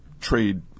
trade